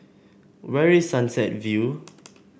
where is Sunset View